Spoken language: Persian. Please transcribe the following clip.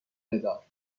بدار